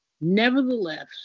Nevertheless